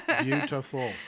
Beautiful